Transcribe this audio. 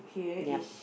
yep